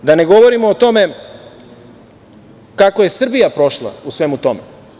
Da ne govorimo o tome kako je Srbija prošla u svemu tome.